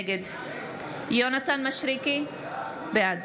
נגד יונתן מישרקי, בעד